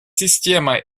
система